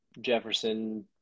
Jefferson